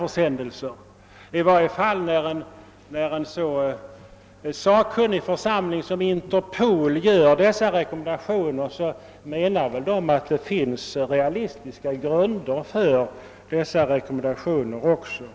När en så sakkunnig församling som Interpol gör denna rekommendation, menar den väl att det finns realistiska grunder för en sådan.